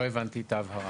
לא הבנתי את ההבהרה.